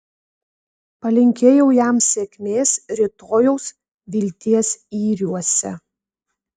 palinkėjau jam sėkmės rytojaus vilties yriuose